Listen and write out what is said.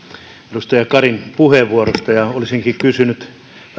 edustaja karin puheenvuorosta ja olisinkin kysynyt vähän